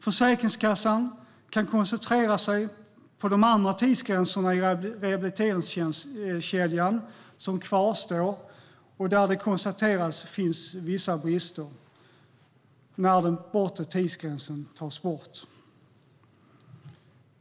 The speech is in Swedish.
Försäkringskassan kan koncentrera sig på de andra tidsgränserna i rehabiliteringskedjan som kvarstår, och där det konstaterats finns vissa brister, när den bortre tidsgränsen tas bort.